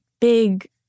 big